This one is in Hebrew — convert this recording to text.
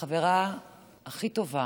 כשהחברה הכי טובה